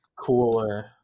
cooler